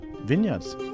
vineyards